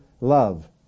love